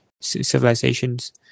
civilizations